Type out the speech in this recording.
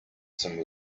some